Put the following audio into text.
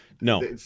No